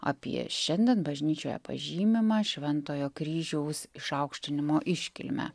apie šiandien bažnyčioje pažymimą šventojo kryžiaus išaukštinimo iškilmę